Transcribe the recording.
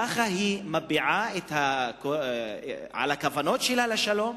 ככה היא מביעה את הכוונות שלה לשלום?